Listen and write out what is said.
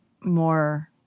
more